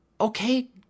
okay